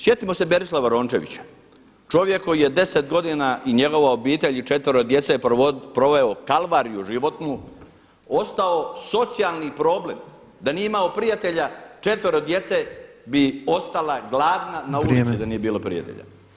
Sjetimo se Berislava Rončevića, čovjek koji je 10 godina i njegova obitelj i četvero djece proveo kalvariju životnu ostao socijalni problem, da nije imao prijatelja četvero djece bi ostala gladna na ulici da nije bilo prijatelja.